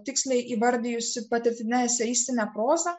tiksliai įvardijusi patirtine eseistine proza